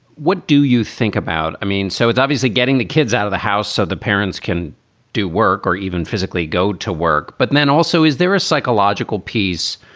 do you think about. i mean, so it's obviously getting the kids out of the house so the parents can do work or even physically go to work but then also, is there a psychological piece,